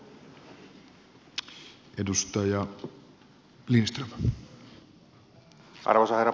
arvoisa herra puhemies